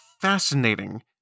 fascinating